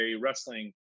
wrestling